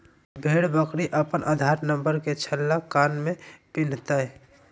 भेड़ बकरी अपन आधार नंबर के छल्ला कान में पिन्हतय